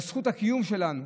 ועל זכות הקיום שלנו,